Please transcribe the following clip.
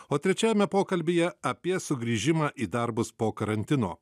o trečiajame pokalbyje apie sugrįžimą į darbus po karantino